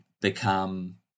become